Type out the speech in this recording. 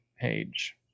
page